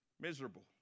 miserable